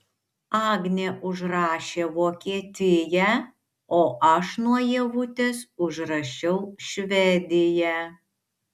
agnė užrašė vokietiją o aš nuo ievutės užrašiau švediją